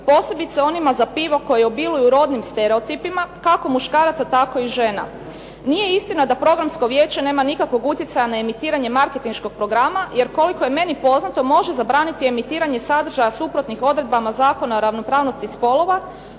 posebice onima za pivo koje obiluju rodnim stereotipima kako muškaraca, tako i žena. Nije istina da Programsko vijeće nema nikakvog utjecaja na emitiranje marketinškog programa, jer koliko je meni poznato može zabraniti emitiranje sadržaja suprotnih odredbama Zakona o ravnopravnosti spolova,